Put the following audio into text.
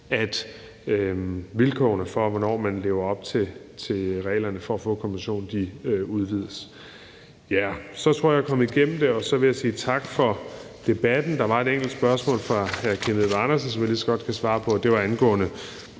at vilkårene for, hvornår man lever op til reglerne for at få kompensation, udvides. Så tror jeg, jeg er kommet igennem det, og jeg vil sige tak for debatten. Der var et enkelt spørgsmål fra hr. Kim Edberg Andersen, som jeg lige så godt kan svare på, og det angik,